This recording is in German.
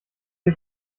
ich